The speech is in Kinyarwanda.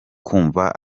kumva